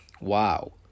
wow